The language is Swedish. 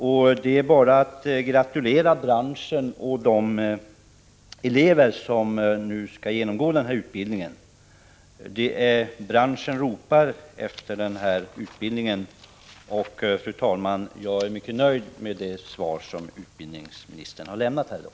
Och det är bara att gratulera branschen och de elever som nu skall genomgå denna utbildning, som branschen ropar efter. Fru talman! Jag är mycket nöjd med det svar som utbildningsministern har lämnat här i dag.